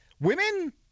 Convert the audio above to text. Women